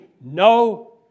no